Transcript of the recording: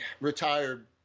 Retired